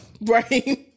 Right